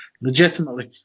legitimately